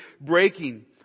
breaking